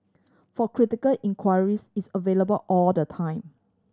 for critical inquiries it's available all the time